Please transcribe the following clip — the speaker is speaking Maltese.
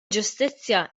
ġustizzja